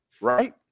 Right